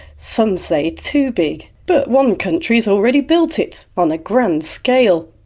some say too big. but one country has already built it on a grand scale.